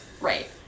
Right